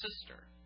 sister